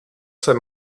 jsem